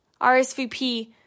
RSVP